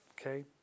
Okay